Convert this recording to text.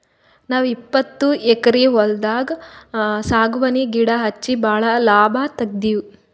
ನಾವ್ ಇಪ್ಪತ್ತು ಎಕ್ಕರ್ ಹೊಲ್ದಾಗ್ ಸಾಗವಾನಿ ಗಿಡಾ ಹಚ್ಚಿ ಭಾಳ್ ಲಾಭ ತೆಗಿತೀವಿ